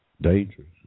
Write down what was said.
Dangerous